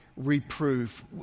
Reproof